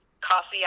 coffee